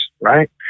right